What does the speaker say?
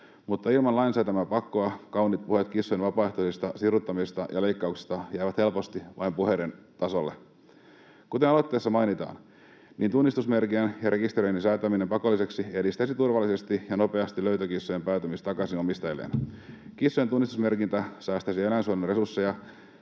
Mutta ilman lain säätämää pakkoa kauniit puheet kissojen vapaaehtoisista siruttamisista ja leikkauksista jäävät helposti vain puheiden tasolle. Kuten aloitteessa mainitaan, tunnistusmerkinnän ja rekisteröinnin säätäminen pakolliseksi edistäisi turvallisesti ja nopeasti löytökissojen päätymistä takaisin omistajilleen. Kissojen tunnistusmerkintä säästäisi eläinsuojelun resursseja,